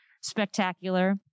spectacular